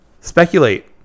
Speculate